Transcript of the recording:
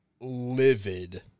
livid